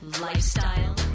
lifestyle